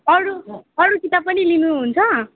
अरू अरू किताब पनि लिनुहुन्छ